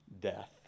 death